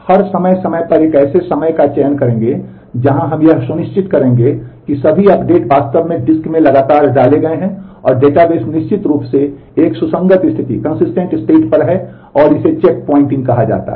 हम समय समय पर एक ऐसे समय का चयन करेंगे जहां हम यह सुनिश्चित करेंगे कि सभी अपडेट वास्तव में डिस्क में लगातार डाले गए हैं और डेटाबेस निश्चित रूप से एक सुसंगत स्थिति पर है और इसे चेक पॉइंटिंग कहा जाता है